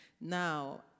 Now